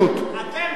אתם כל הזמן,